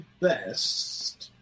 best